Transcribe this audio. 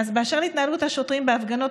אז באשר להתנהגות השוטרים בהפגנות,